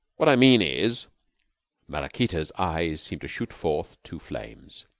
what i mean is maraquita's eyes seemed to shoot forth two flames.